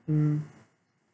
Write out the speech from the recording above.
mm